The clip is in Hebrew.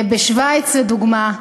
בשווייץ, לדוגמה,